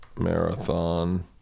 Marathon